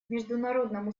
международному